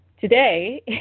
today